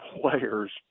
players